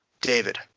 David